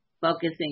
focusing